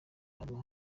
harimo